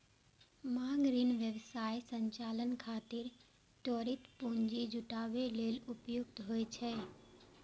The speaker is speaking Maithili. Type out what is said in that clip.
मांग ऋण व्यवसाय संचालन खातिर त्वरित पूंजी जुटाबै लेल उपयुक्त होइ छै